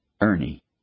Ernie